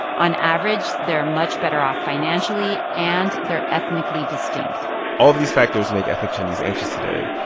on average, they're much better off financially, and they're ethnically distinct all of these factors make ethnic chinese anxious today.